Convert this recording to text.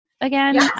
again